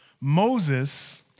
Moses